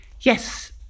Yes